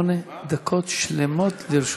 שמונה דקות שלמות לרשותך.